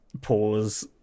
pause